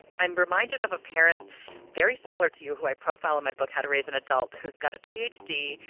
i'm reminded of a parent very similar to you who i profile in my book, how to raise an adult who's got a p. h. d.